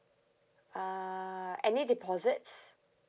uh any deposits